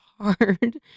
hard